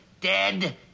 dead